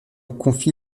confie